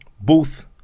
booth